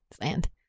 Land